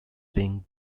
being